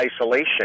isolation